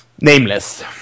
nameless